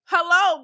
Hello